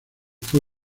fue